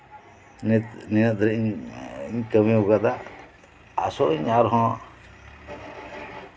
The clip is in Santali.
ᱱᱤᱛ ᱱᱤᱱᱟᱹᱜ ᱫᱷᱟᱨᱤᱡ ᱤᱧ ᱠᱟᱹᱢᱤ ᱟᱠᱟᱫᱟ ᱟᱥᱚᱜ ᱟᱹᱧ ᱟᱨᱦᱚᱸ